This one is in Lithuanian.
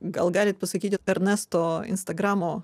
gal galit pasakyti ernesto instagramo